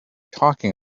talking